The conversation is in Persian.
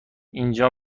اینجا